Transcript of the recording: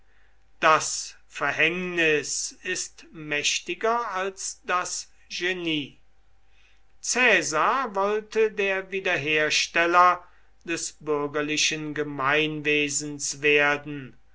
das verhängnis ist mächtiger als das genie caesar wollte der wiederhersteller des bürgerlichen gemeinwesens werden